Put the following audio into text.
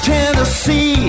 Tennessee